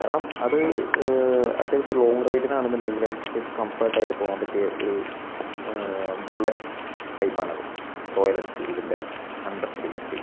കാരണം അത് അത്യാവശ്യം ലോങ്ങ് റൈഡിനാണെന്നുണ്ടെങ്കിലും അത്യാവശ്യം കംഫർട്ട് ആയിട്ട് പോകാൻ പറ്റിയ ഒരു ബുള്ളറ്റ് ടൈപ്പാണത് റോയൽ എൻഫീൽഡിൻ്റെ ഹൺഡ്രഡ് ത്രീ ഫിഫ്റ്റി